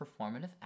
performative